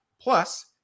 Plus